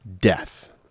death